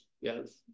Yes